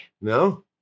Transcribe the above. No